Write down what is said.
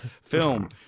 film